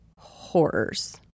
horrors